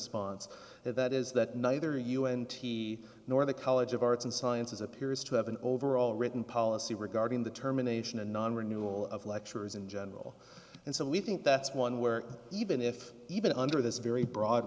response that is that neither un t nor the college of arts and sciences appears to have an overall written policy regarding the terminations and non renewal of lecturers in general and so we think that's one where even if even under this very broad